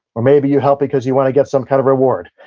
or maybe you help because you want to get some kind of reward.